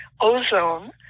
ozone